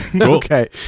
Okay